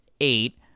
eight